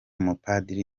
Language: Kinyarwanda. mupadiri